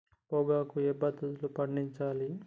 పొగాకు ఏ పద్ధతిలో పండించాలి?